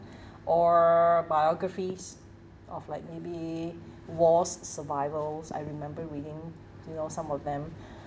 or biographies of like maybe wars survivals I remember reading you know some of them